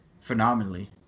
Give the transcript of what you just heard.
phenomenally